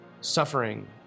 Suffering